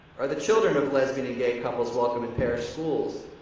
are the children of lesbian and gay couples welcome in parish schools,